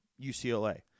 UCLA